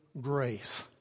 grace